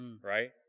Right